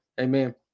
Amen